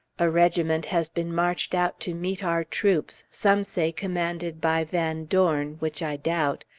a regiment has been marched out to meet our troops, some say commanded by van dorn, which i doubt.